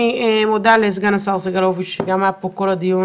אני מודה לסגן השר סגלוביץ' שהיה פה כל הדיון,